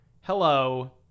hello